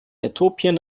äthiopien